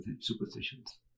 superstitions